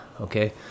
okay